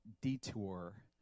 detour